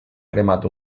cremat